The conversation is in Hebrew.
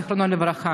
זיכרונה לברכה.